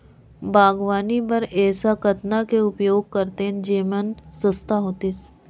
बागवानी बर ऐसा कतना के उपयोग करतेन जेमन सस्ता होतीस?